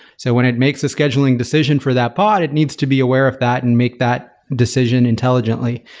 so when it makes a scheduling decision for that pod, it needs to be aware of that and make that decision intelligently.